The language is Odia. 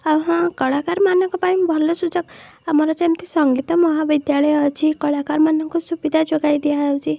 ଆଉ ହଁ କଳାକାରଙ୍କ ପାଇଁ ଭଲ ସୁଯୋଗ ଆମର ଯେମିତି ସଙ୍ଗୀତ ମହାବିଦ୍ୟାଳୟ ଅଛି କଳାକାରମାନଙ୍କୁ ସୁବିଧା ଯୋଗେଇ ଦିଆଯାଉଛି